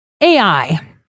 AI